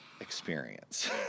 experience